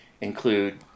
include